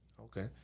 Okay